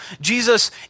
Jesus